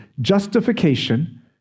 justification